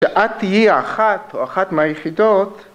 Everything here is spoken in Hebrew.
‫שאת תהיי האחת, או אחת מהיחידות...